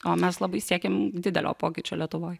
o mes labai siekiam didelio pokyčio lietuvoj